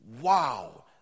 wow